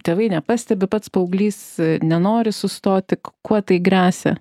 tėvai nepastebi pats paauglys nenori sustoti kuo tai gresia